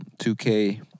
2K